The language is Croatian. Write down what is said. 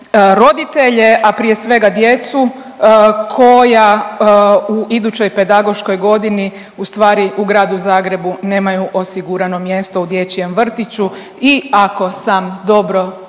roditelje, a prije svega djecu koja u idućoj pedagoškoj godini ustvari u Gradu Zagrebu nemaju osigurano mjesto u dječjem vrtiću. I ako sam dobro čula